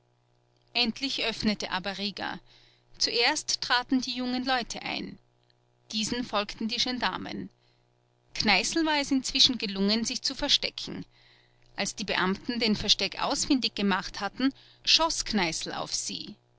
endlich öffnete aber rieger zunächst traten die jungen leute ein diesen folgten die gendarmen kneißl war es inzwischen gelungen sich zu verstecken als die beamten den versteck ausfindig gemacht hatten schoß kneißl auf sie